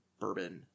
Bourbon